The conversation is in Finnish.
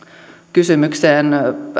kysymykseen